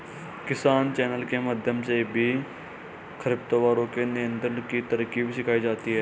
किसान चैनल के माध्यम से भी खरपतवारों के नियंत्रण की तरकीब सिखाई जाती है